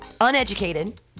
uneducated